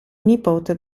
nipote